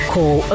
Call